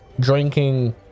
drinking